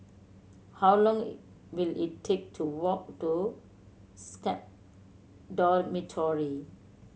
how long will it take to walk to SCAL Dormitory